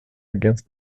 against